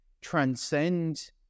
transcend